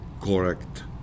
correct